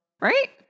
Right